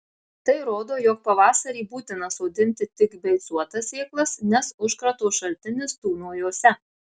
tai rodo jog pavasarį būtina sodinti tik beicuotas sėklas nes užkrato šaltinis tūno jose